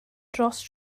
dros